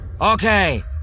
Okay